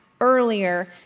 earlier